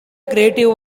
creative